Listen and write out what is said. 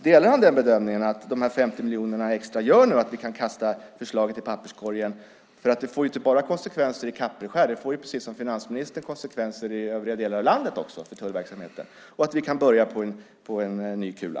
Delar han bedömningen att de 50 miljonerna extra gör att vi kan kasta förslaget i papperskorgen? Det får inte bara konsekvenser i Kapellskär. Det får, precis som finansministern säger, konsekvenser i övriga delar av landet också för tullverksamheten. Vi måste börja på ny kula.